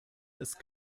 ist